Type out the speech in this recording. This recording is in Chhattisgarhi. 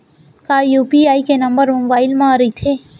का यू.पी.आई नंबर मोबाइल म रहिथे?